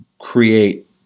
create